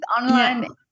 Online